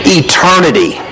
eternity